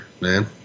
man